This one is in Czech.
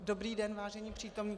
Dobrý den, vážení přítomní.